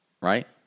Right